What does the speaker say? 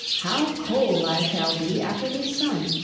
how cold i shall be after this sun!